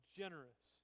generous